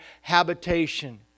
habitation